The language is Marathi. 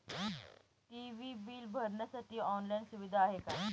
टी.वी बिल भरण्यासाठी ऑनलाईन सुविधा आहे का?